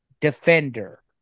defender